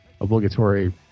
obligatory